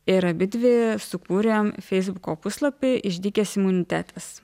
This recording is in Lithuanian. ir abidvi sukūrėm feisbuko puslapį išdykęs imunitetas